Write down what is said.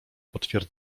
potwier